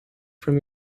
from